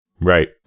Right